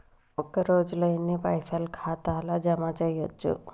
ఒక రోజుల ఎన్ని పైసల్ ఖాతా ల జమ చేయచ్చు?